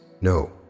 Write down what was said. no